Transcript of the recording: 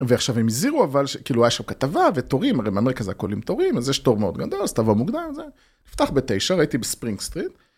ועכשיו הם הזהירו אבל, כאילו היה שם כתבה ותורים, הרי מנהל כזה הקולים תורים, אז יש תור מאוד גדול, אז תבוא מוקדם, זה נפתח בתשע, הייתי בספרינג סטריט.